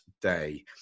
day